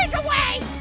and away.